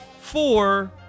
four